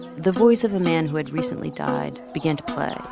the voice of a man who had recently died began to play